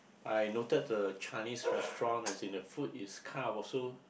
I noted the Chinese restaurant as in the food is kind of also